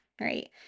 right